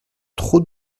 trop